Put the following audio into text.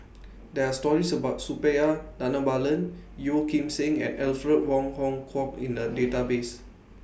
There Are stories about Suppiah Dhanabalan Yeo Kim Seng and Alfred Wong Hong Kwok in The Database